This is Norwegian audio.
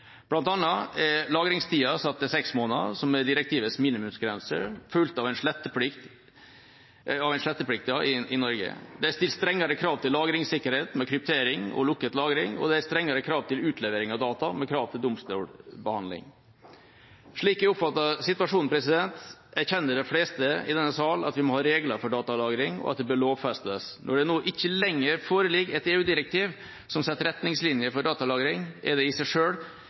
annet er lagringstida satt til seks måneder, som er direktivets minimumsgrense, fulgt av en sletteplikt i Norge. Det er stilt strengere krav til lagringssikkerhet, med kryptering og lukket lagring, og det er strengere krav til utlevering av data, med krav til domstolsbehandling. Slik jeg oppfatter situasjonen, erkjenner de fleste i denne sal at vi må ha regler for datalagring, og at de bør lovfestes. Når det nå ikke lenger foreligger et EU-direktiv som setter retningslinjer for datalagring, så er det ikke i seg